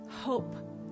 hope